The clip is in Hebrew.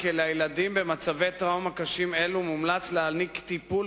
היא כי לילדים במצבי טראומה קשים אלו מומלץ להעניק טיפול